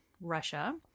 russia